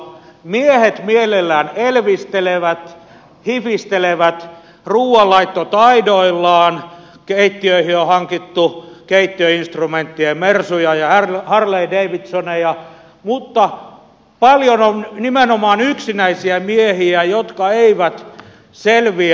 miehet mielellään elvistelevät hifistelevät ruuanlaittotaidoillaan keittiöihin on hankittu keittiöinstrumenttien mersuja ja harleydavidsoneja mutta paljon on nimenomaan yksinäisiä miehiä jotka eivät selviä ruuanlaitosta